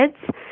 kids